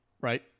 right